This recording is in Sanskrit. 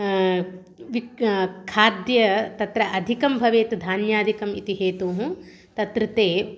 विक् खाद्यं तत्र अधिकं भवेत् धान्यादिकम् इति हेतुः तत्र ते